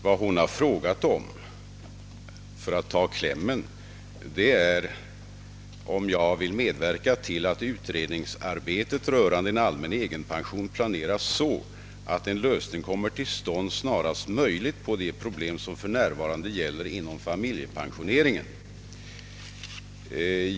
Vad hon har frågat om — för att ta klämmen är om jag vill medverka till att utredningsarbetet rörande en allmän egenpension planeras så att en lösning kommer till stånd snarast möjligt på de problem som för närvarande gäller inom familjepensioneringen.